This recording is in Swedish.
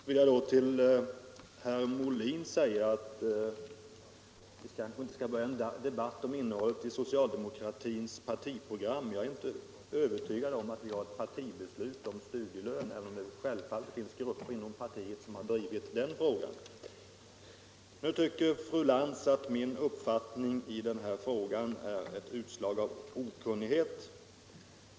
Herr talman! Först vill jag till herr Molin säga att vi kanske inte skall dra upp någon debatt om innehållet i socialdemokratins partiprogram. Jag är inte övertygad om att vi har något partibeslut om studielön, men det finns självfallet grupper inom partiet som har drivit den frågan. Fru Lantz tyckte att min uppfattning i denna fråga är ett utslag av okunnighet.